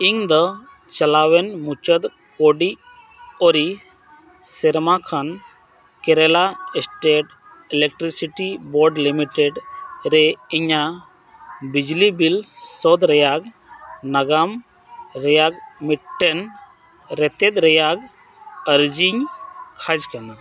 ᱤᱧᱫᱚ ᱪᱟᱞᱟᱣᱮᱱ ᱢᱩᱪᱟᱹᱫ ᱟᱹᱰᱤ ᱟᱹᱨᱤ ᱥᱮᱨᱢᱟ ᱠᱷᱚᱱ Kerala state electricity board limited ᱨᱮ ᱤᱧᱟᱹᱜ ᱵᱤᱡᱽᱞᱤ ᱵᱤᱞ ᱥᱳᱫᱷ ᱨᱮᱭᱟᱜ ᱱᱟᱜᱟᱢ ᱨᱮᱭᱟᱜ ᱢᱤᱫᱴᱮᱱ ᱨᱮᱛᱮᱫ ᱨᱮᱭᱟᱜ ᱟᱨᱡᱤᱧ ᱠᱷᱚᱡᱽ ᱠᱟᱱᱟ